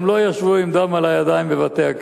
הם לא ישבו עם דם על הידיים בבתי-הכלא.